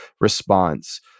response